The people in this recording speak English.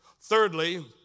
Thirdly